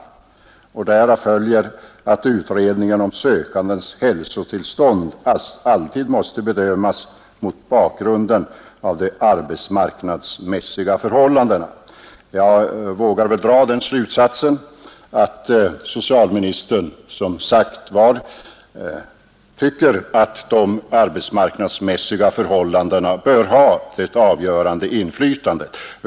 Därav följer att utredningen om sökandens hälsotillstånd alltid måste bedömas mot bakgrunden av de arbetsmarknadsmässiga förhållandena.” Jag vågar väl som sagt dra den slutsatsen att socialministern anser att de arbetsmarknadsmässiga förhällandena bör ha ett avgörande inflytande.